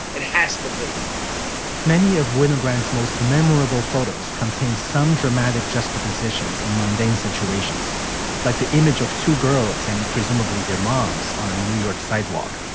it has to be many of winogrand most memorable photos contain some dramatic just to positions in mundane situations like the image of two girls and presumably their moms on a new york sidewalk.